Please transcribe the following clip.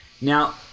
Now